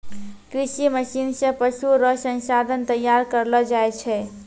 कृषि मशीन से पशु रो संसाधन तैयार करलो जाय छै